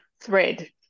thread